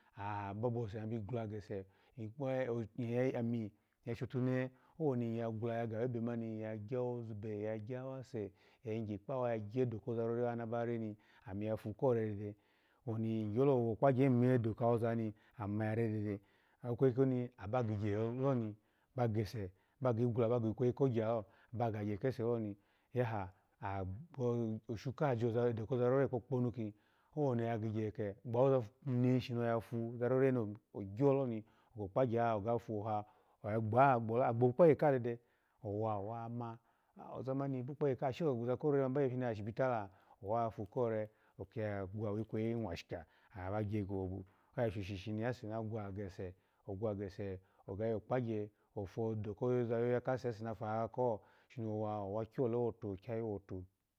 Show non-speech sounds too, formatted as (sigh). Aha ba (unintelligible) giwula gese, iya amiya shotumehe owo ni hyya gwula ya gawebe mani nyya gyawase, yi gye kpawa ya gyedo awozarore ha naba re ni ami yafu ko re dedeni owoni nyyi wo kpagye hin imawoza ni amima ya re dede ikweyi koni aba gi gyehelo ni, ba gese, ba gi gwula ikwe kogyalo ba gya yaha ni ya oshleka jo edo ko rore oye kpokponu ki owoni oya gigye heke gbawoza neneshi ni oyafu, oza rore ni gyolo ni ogo kpagye ha, agbo lolali agbo kpugyekaha dede, owa owarna ozamani ashe agboza korere mani bagye bi ashibitala. owafu ore oki ya gwawo kweyi mwashika, aba gye gohobo, oya shoshi ni ase nagwa gese, ogwa gese oga yo kpagye ofu edo odu koza yaya kasu, ase na ha koho, shini owa, owa kyole hotu, kyayihotu.